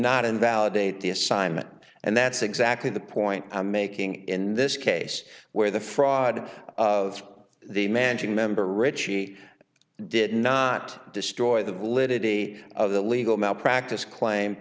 not invalidate the assignment and that's exactly the point i'm making in this case where the fraud of the mansion member richie did not destroy the validity of the legal malpractise claim